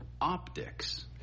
optics